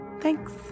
Thanks